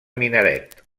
minaret